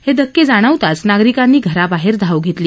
हे धक्के जाणवताच नागरिकांनी घराबाहेर धाव घेतली